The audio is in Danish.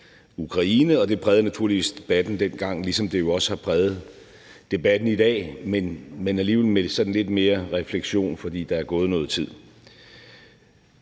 Det prægede naturligvis debatten dengang, ligesom det jo også har præget debatten i dag, men alligevel med sådan lidt mere refleksion, fordi der er gået noget tid.